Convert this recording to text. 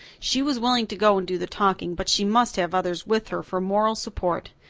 she was willing to go and do the talking but she must have others with her for moral support.